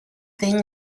thing